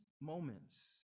moments